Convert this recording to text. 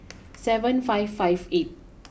seven five five eight